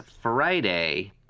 Friday